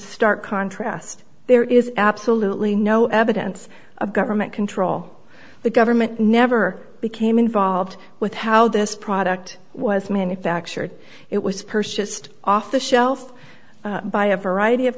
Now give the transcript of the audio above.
stark contrast there is absolutely no evidence of government control the government never became involved with how this product was manufactured it was persist off the shelf by a variety of